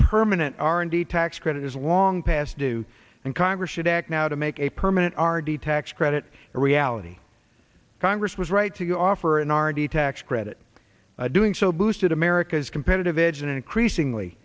permanent r and d tax credit is long past due and congress should act now to make a permanent r d tax credit a reality congress was right to go offer an already tax credit doing so boosted america's competitive edge in an increasingly